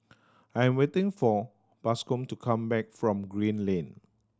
I'm waiting for Bascom to come back from Green Lane